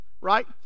right